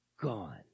gone